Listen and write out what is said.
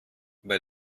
bei